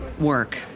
work